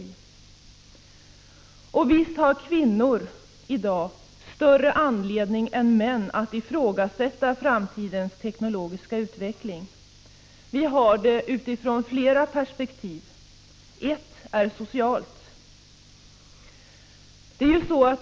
Och visst har kvinnor i dag större anledning än män att ifrågasätta framtidens teknologiska utveckling. Vi har det utifrån flera perspektiv. Ett är socialt.